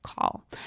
call